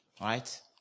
Right